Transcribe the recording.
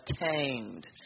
attained